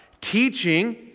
Teaching